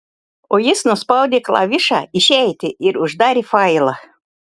o jis nuspaudė klavišą išeiti ir uždarė failą